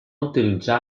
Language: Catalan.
utilitzà